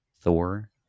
Thor